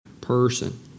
person